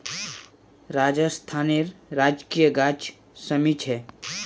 राजस्थानेर राजकीय गाछ शमी छे